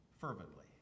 Fervently